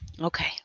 Okay